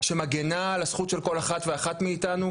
שמגנה על הזכות של כל אחד ואחת מאיתנו,